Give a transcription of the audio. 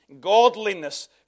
godliness